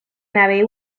nave